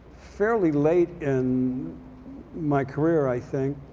fairly late in my career i think